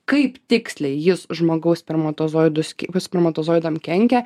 kaip tiksliai jis žmogaus spermatozoidus ki jeigu spermatozoidam kenkia